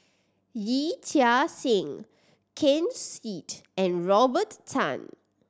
Yee Chia Hsing Ken Seet and Robert Tan